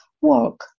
work